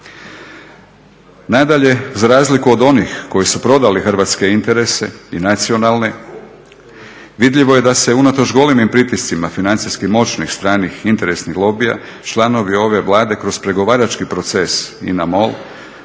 Nadalje, za razliku od onih koji su prodali hrvatske interese i nacionalne, vidljivo je da se unatoč golemim pritiscima financijski moćnih stranih interesnih lobija članovi ove Vlade kroz pregovarački proces INA-MOL